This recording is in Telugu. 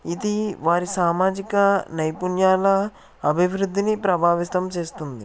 ఇది వారి సామాజిక నైపుణ్యాల అభివృద్ధిని ప్రభావితం చేస్తుంది